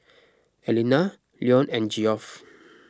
Aleena Leone and Geoff